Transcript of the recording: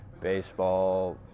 baseball